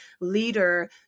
leader